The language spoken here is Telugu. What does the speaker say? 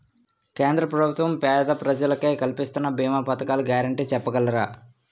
కేంద్ర ప్రభుత్వం పేద ప్రజలకై కలిపిస్తున్న భీమా పథకాల గ్యారంటీ చెప్పగలరా?